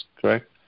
correct